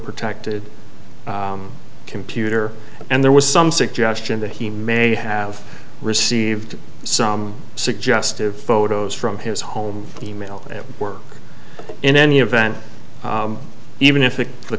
protected computer and there was some suggestion that he may have received some suggestive photos from his home e mail at work in any event even if